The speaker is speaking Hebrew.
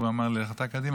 והוא אמר לי: לך אתה קדימה.